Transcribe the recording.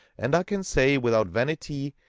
and i can say, without vanity,